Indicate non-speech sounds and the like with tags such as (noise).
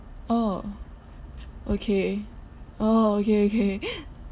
oh okay oh okay okay (laughs)